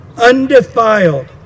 undefiled